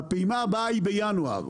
הפעימה הבאה היא בינואר.